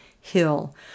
Hill